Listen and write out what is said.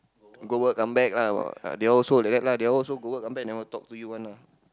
go work come back lah but they also like that lah they also go work come back never talk to you one lah